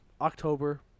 October